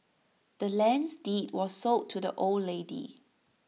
the land's deed was sold to the old lady